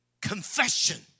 confession